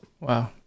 Wow